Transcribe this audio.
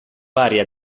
varie